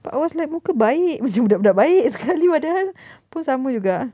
but I was like muka baik macam budak-budak baik sekali padahal sama juga